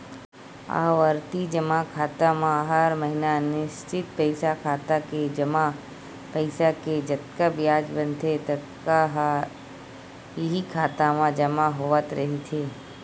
आवरती जमा खाता म हर महिना निस्चित पइसा खाता के जमा पइसा के जतका बियाज बनथे ततका ह इहीं खाता म जमा होवत रहिथे